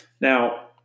now